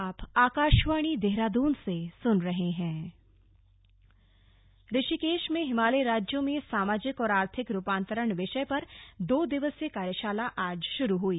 कार्यशाला ऋषिकेश ऋषिकेश में हिमालयी राज्यों में सामाजिक और आर्थिक रूपांतरण विषय पर दो दिवसीय कार्यशाला आज शुरू हुई